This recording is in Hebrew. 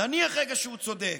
נניח רגע שהוא צודק.